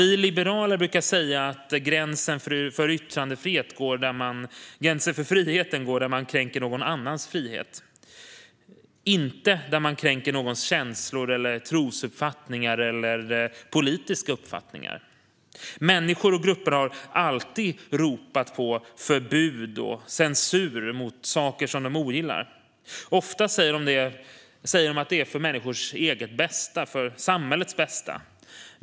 Vi liberaler brukar säga att gränsen för friheten går där man kränker någon annans frihet, inte där man kränker någons känslor, trosuppfattning eller politiska uppfattning. Människor och grupper har alltid ropat på förbud och censur mot saker de ogillar. Ofta säger de att det är för människors eget bästa och för samhällets bästa.